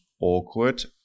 awkward